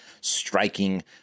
striking